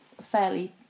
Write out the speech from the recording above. fairly